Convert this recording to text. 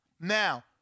Now